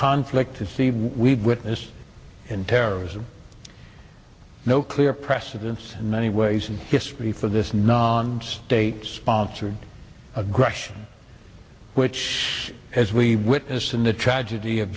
conflict to see we've witnessed in terrorism no clear precedents in many ways in history for this non state sponsored aggression which as we witnessed in the tragedy of